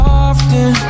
often